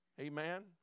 Amen